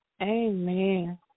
Amen